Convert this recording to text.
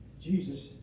Jesus